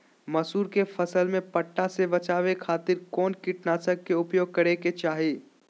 मसूरी के फसल में पट्टा से बचावे खातिर कौन कीटनाशक के उपयोग करे के चाही?